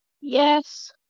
Yes